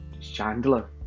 chandler